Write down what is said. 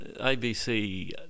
ABC